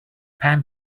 palm